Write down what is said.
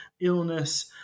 illness